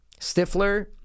Stifler